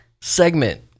segment